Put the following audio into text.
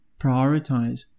prioritize